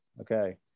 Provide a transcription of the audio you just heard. Okay